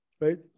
right